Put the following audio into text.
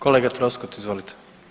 Kolega Troskot, izvolite.